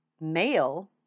male